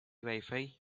wifi